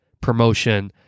promotion